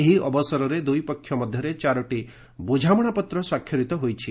ଏହି ଅବସରରେ ଦୁଇପକ୍ଷ ମଧ୍ୟରେ ଚାରୋଟି ବୁଝାମଣାପତ୍ର ସ୍ୱାକ୍ଷରିତ ହୋଇଛି